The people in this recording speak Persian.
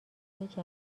نزدیکی